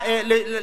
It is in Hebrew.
למשטרה.